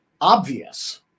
obvious